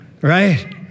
right